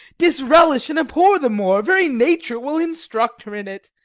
disrelish and abhor the moor very nature will instruct her in it,